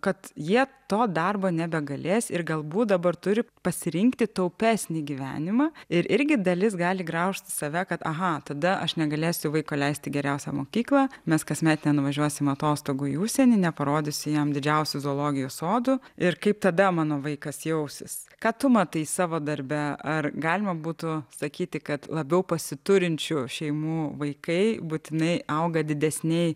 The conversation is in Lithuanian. kad jie to darbo nebegalės ir galbūt dabar turi pasirinkti taupesnį gyvenimą ir irgi dalis gali graužti save kad aha tada aš negalėsiu vaiko leisti į geriausią mokyklą mes kasmet nuvažiuosime atostogų į užsienį neparodysiu jam didžiausių zoologijos sodų ir kaip tada mano vaikas jausis ką tu matai savo darbe ar galima būtų sakyti kad labiau pasiturinčių šeimų vaikai būtinai auga didesnėj